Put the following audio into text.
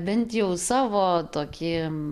bent jau savo tokį